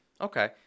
okay